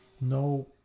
no